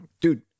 Dude